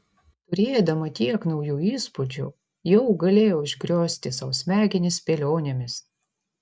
turėdama tiek naujų įspūdžių jau galėjo užgriozti sau smegenis spėlionėmis